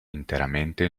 interamente